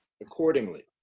accordingly